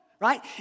right